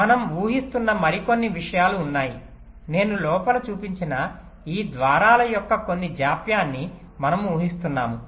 మనం ఊహిస్తున్న మరికొన్ని విషయాలు ఉన్నాయి నేను లోపల చూపించిన ఈ ద్వారాల యొక్క కొన్ని జాప్యాన్ని మనము ఊహిస్తున్నాము